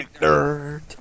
dirt